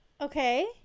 okay